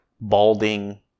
Balding